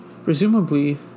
Presumably